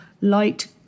light